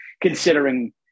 considering